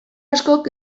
askok